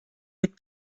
mit